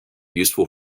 useful